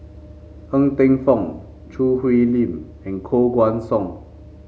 Ng Teng Fong Choo Hwee Lim and Koh Guan Song